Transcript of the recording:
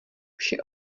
vše